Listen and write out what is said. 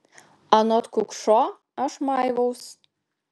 anot kukšo aš maiviaus